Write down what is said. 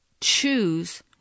choose